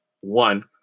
one